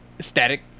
static